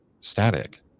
static